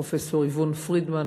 פרופסור איבון פרידמן,